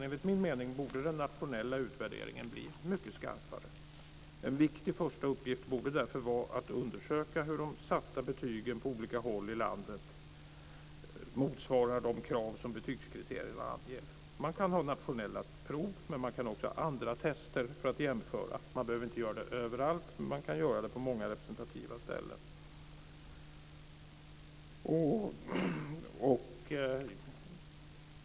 Enligt min mening borde den nationella utvärderingen bli mycket skarpare. En viktig första uppgift borde därför vara att undersöka hur de satta betygen på olika håll i landet motsvarar de krav som betygskriterierna anger. Man kan ha nationella prov, men man kan också ha andra test för att jämföra. Man behöver inte göra det överallt, men man kan göra det på många representativa ställen.